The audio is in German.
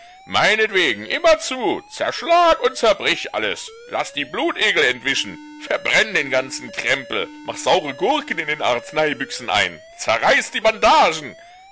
meinetwegen immer zu zerschlag und zerbrich alles laß die blutegel entwischen verbrenn den ganzen krempel mach saure gurken in den arzneibüchsen ein zerreiß die bandagen